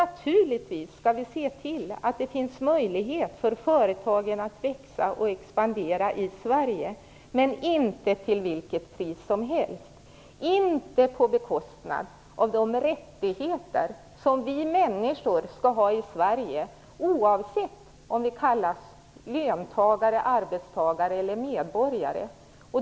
Naturligtvis skall vi se till att det finns möjlighet för företagen att växa och expandera i Sverige men inte till vilket pris som helst, inte på bekostnad av de rättigheter som vi människor skall ha i Sverige oavsett om vi kallas löntagare, arbetstagare eller medborgare.